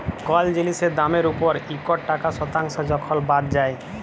call জিলিসের দামের উপর ইকট টাকা শতাংস যখল বাদ যায়